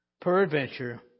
Peradventure